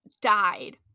died